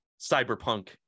cyberpunk